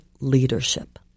leadership